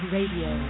Radio